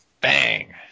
Bang